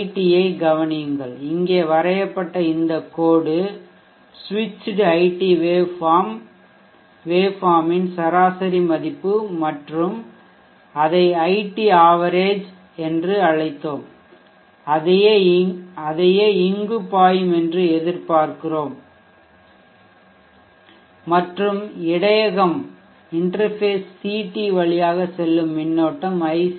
ஐ கவனியுங்கள் இங்கே வரையப்பட்ட இந்த கோடு சுவிட்ச்டு iT வேவ்ஃபார்ம் இன் சராசரி மதிப்பு மற்றும் அதை iT average என்று அழைத்தோம் அதையே இங்கு பாயும் என்று எதிர்பார்க்கிறோம்மற்றும் இடையகம் CT வழியாக செல்லும் மின்னோட்டம் ict